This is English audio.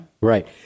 Right